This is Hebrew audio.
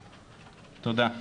תודה.